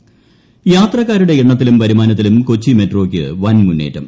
Kochi metro യാത്രക്കാരുടെ എണ്ണത്തിലും വരുമാനത്തിലും കൊച്ചി മെട്രോക്ക് വൻ മുന്നേറ്റം